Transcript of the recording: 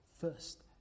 first